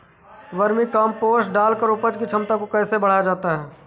Vermi compost डालकर उपज की क्षमता को कैसे बढ़ाया जा सकता है?